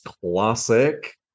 classic